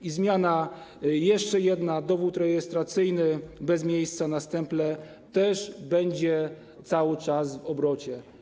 I zmiana jeszcze jedna - dowód rejestracyjny bez miejsca na stemple też będzie cały czas w obrocie.